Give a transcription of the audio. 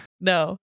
No